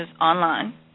online